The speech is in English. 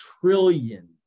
trillion